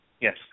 Yes